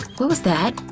what was that?